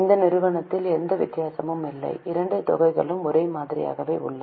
இந்த நிறுவனத்தில் எந்த வித்தியாசமும் இல்லை இரண்டு தொகைகளும் ஒரே மாதிரியானவை